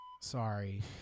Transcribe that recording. sorry